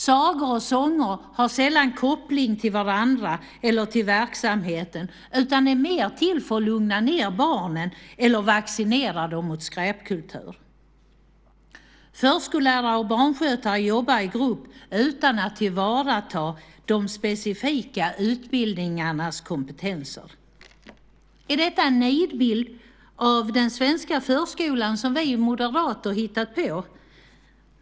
Sagor och sånger har sällan koppling till varandra eller till verksamheten utan är mer till för att lugna ned barnen eller vaccinera dem mot skräpkultur. Förskollärare och barnskötare jobbar i grupp utan att tillvarata de olika utbildningarnas kompetenser. Är detta en nidbild av den svenska förskolan som vi moderater hittat på?